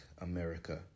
America